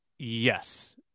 Yes